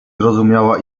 zrozumiała